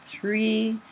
three